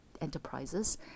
enterprises